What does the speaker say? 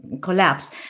collapse